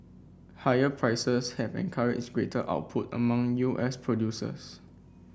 higher prices have encouraged greater output among U S producers